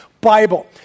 Bible